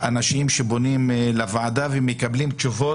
באנשים שפונים לוועדה ומקבלים תשובות,